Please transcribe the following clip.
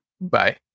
bye